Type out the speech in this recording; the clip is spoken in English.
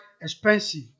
expensive